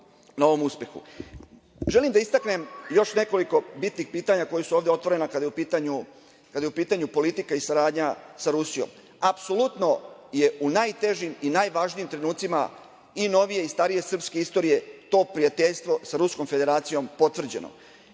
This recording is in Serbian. da istaknem još nekoliko bitnih pitanja koja su ovde otvorena kada je u pitanju politika i saradnje sa Rusijom. Apsolutno je u najtežim i najvažnijim trenucima i novije i starije srpske istorije to prijateljstvo sa Ruskom Federacijom potvrđeno